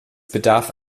bedarf